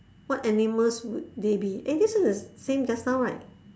what animals would they be eh this one the same just now right